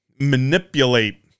manipulate